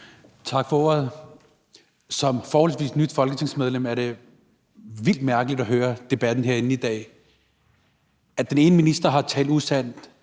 Tak for ordet. Som forholdsvis nyt folketingsmedlem er det vildt mærkeligt at høre debatten herinde i dag: Når den ene minister har talt usandt,